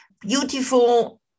beautiful